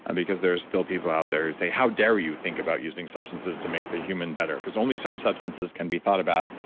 and because there's still people out there who say, how dare you think about using substances to make the human better? because only some substances can be thought about.